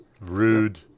Rude